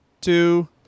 two